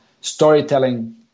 storytelling